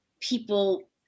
people